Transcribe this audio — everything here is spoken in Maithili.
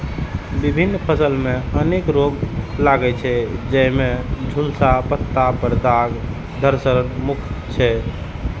विभिन्न फसल मे अनेक रोग लागै छै, जाहि मे झुलसा, पत्ता पर दाग, धड़ सड़न मुख्य छै